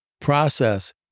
process